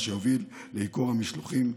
מה שיוביל לייקור המשלוחים,